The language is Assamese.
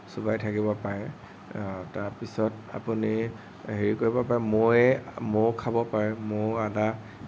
চোবাই থাকিব পাৰে তাৰপিছত আপুনি হেৰি কৰিব পাৰে মৌৱে মৌ খাব পাৰে মৌ আদা